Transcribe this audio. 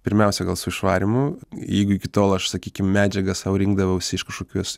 pirmiausia gal su išvarymu jeigu iki tol aš sakykim medžiagą sau rinkdavausi iš kažkokios